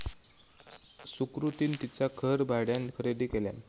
सुकृतीन तिचा घर भाड्यान खरेदी केल्यान